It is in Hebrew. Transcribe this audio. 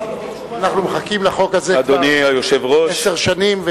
אנחנו מחכים לחוק הזה כבר עשר שנים,